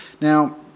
Now